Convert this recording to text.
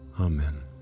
Amen